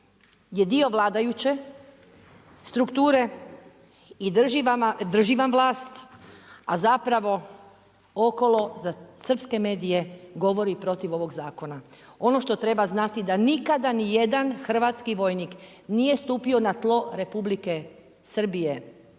je dio vladajuće strukture i drži vam vlast, a zapravo, okolo za srpske medije govori protiv ovog zakona. Ono što treba znati, da nikada ni jedan hrvatski vojnik, nije stupio na tlo Republike Srbije,